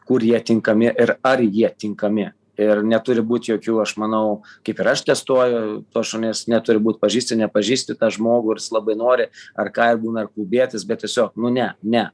kurie tinkami ir ar jie tinkami ir neturi būt jokių aš manau kaip ir aš testuoju tuos šunis neturi būt pažįsti nepažįsti tą žmogų ir jis labai nori ar ką ir būna ir klubietis bet tiesiog nu ne ne